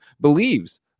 believes